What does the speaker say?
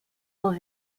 dans